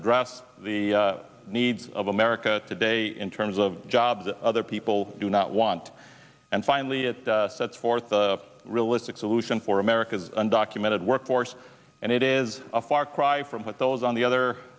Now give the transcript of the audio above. address the needs of america today in terms of jobs other people do not want and finally it sets forth the realistic solution for america's undocumented workforce and it is a far cry from what those on the